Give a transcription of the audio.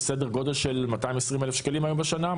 סדר גודל של 270,000 שקלים היום בשנה,